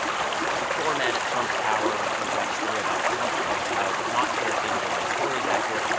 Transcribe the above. there was a doorman at trump tower who claimed to have a story about a trump love child, not clear if the underlying story was accurate,